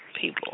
people